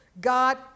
God